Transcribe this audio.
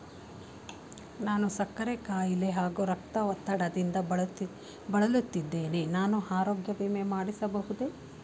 ನಾನು ಸಕ್ಕರೆ ಖಾಯಿಲೆ ಹಾಗೂ ರಕ್ತದ ಒತ್ತಡದಿಂದ ಬಳಲುತ್ತಿದ್ದೇನೆ ನಾನು ಆರೋಗ್ಯ ವಿಮೆ ಮಾಡಿಸಬಹುದೇ?